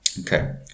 Okay